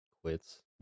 quits